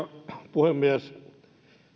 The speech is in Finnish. puhemies